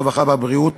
הרווחה והבריאות